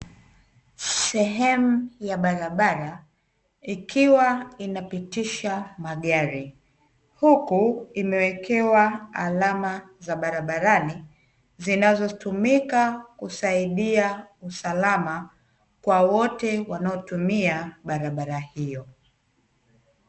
Sehemu ya barabara, ikiwa inapitisha magari, huku imewekewa alama za barabarani, zinazotumika kusaidia usalama, kwa wote wanaotumia barabara hiyo.